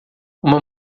uma